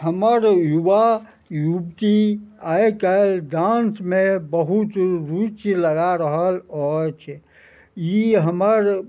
हमर युवा युवती आइ काल्हि डान्समे बहुत रुचि लगा रहल अछि ई हमर